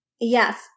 Yes